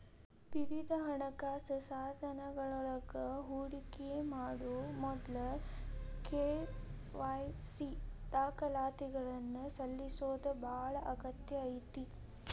ವಿವಿಧ ಹಣಕಾಸ ಸಾಧನಗಳೊಳಗ ಹೂಡಿಕಿ ಮಾಡೊ ಮೊದ್ಲ ಕೆ.ವಾಯ್.ಸಿ ದಾಖಲಾತಿಗಳನ್ನ ಸಲ್ಲಿಸೋದ ಬಾಳ ಅಗತ್ಯ ಐತಿ